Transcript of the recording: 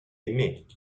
aimé